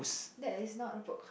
that is not a book